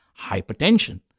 hypertension